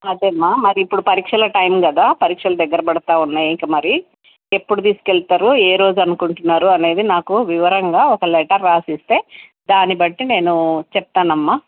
అదే అమ్మ మరి ఇప్పుడు పరీక్షల టైం కదా పరీక్షలు దగ్గర పడుతు ఉన్నాయి ఇంక మరి ఎప్పుడు తీసుకు వెళ్తారు ఏ రోజు అనుకుంటున్నారు అనేది నాకు వివరంగా ఒక లెటర్ రాసి ఇస్తే దాన్నిబట్టి నేను చెప్తాను అమ్మ